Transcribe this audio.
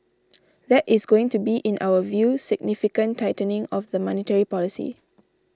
that is going to be in our view significant tightening of the monetary policy